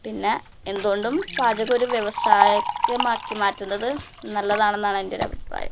പിന്നെ എന്തുകൊണ്ടും പാചകം ഒരു വ്യവസായമാക്കി മാറ്റുന്നത് നല്ലതാണെന്നാണ് എന്റെ ഒരു അഭിപ്രായം